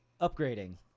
Upgrading